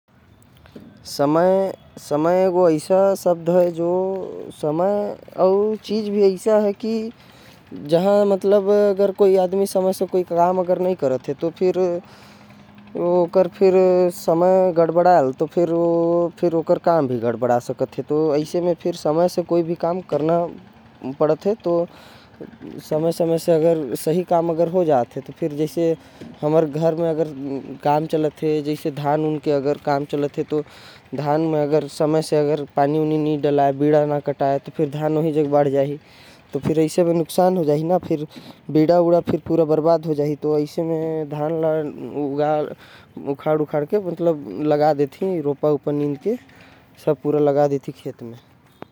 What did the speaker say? समय एगो ऐसा शब्द है जो समय और चीज भी ऐसा है। की जहाँ आदमी समय से काम नही करेल तो। ओकर समय और काम दोनों हर गड़बड़ये जाएल। एकरे वजह से सब काम समय से करे के चाही। जैसे हमन धान लगाथी तो समय पर बीजा लगाए। के पड़ेल समय पर रोपा लगाथे खाद देहल जाएल। समय पर धान कटाई होथे एकर से सब काम समय ले करा अउ। एके समय से नही करब तो धान ख़राब हो जाहि।